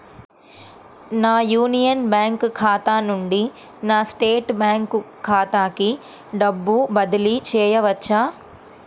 నా Union Bank ఖాతా నుండి నా స్టేట్ బ్యాంకు ఖాతాకి డబ్బు బదిలి చేయవచ్చా?